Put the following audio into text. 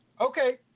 Okay